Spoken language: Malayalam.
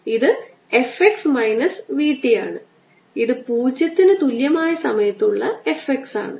ഇത് f x minus v t ആണ് ഇത് 0 ന് തുല്യമായ സമയത്ത് ഉള്ള f x ആണ്